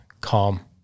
calm